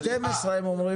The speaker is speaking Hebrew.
12 הם אומר.